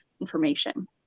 information